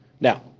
Now